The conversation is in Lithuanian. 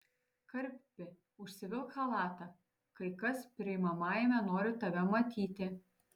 karpi užsivilk chalatą kai kas priimamajame nori tave matyti